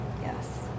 Yes